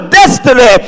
destiny